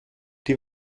die